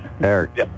Eric